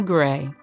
Gray